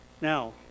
Now